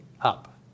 up